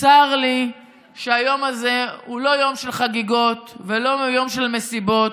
צר לי שהיום הזה הוא לא יום של חגיגות ולא יום של מסיבות.